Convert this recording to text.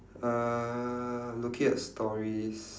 uh I'm looking at stories